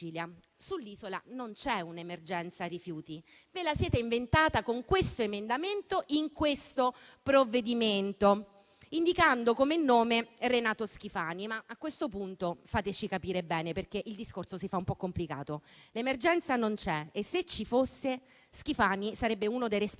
Sull'isola non c'è un'emergenza rifiuti: ve la siete inventata, con questo emendamento a questo provvedimento, indicando come commissario all'emergenza Renato Schifani. A questo punto, però, fateci capire bene, perché il discorso si fa un po' complicato. L'emergenza non c'è ma, se ci fosse, Schifani sarebbe uno dei responsabili,